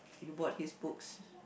you bought his books